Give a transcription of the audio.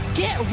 get